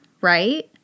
right